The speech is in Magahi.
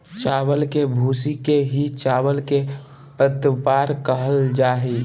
चावल के भूसी के ही चावल के पतवार कहल जा हई